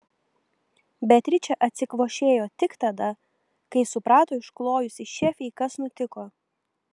beatričė atsikvošėjo tik tada kai suprato išklojusi šefei kas nutiko